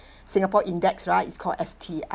singapore index right is called S_T_I